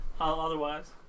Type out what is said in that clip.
otherwise